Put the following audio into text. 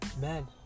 Man